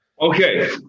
Okay